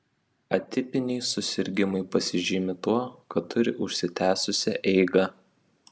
atipiniai susirgimai pasižymi tuo kad turi užsitęsusią eigą